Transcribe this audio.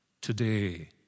today